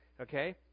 okay